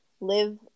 live